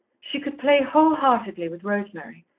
she could play whole-heartedly with rosemary,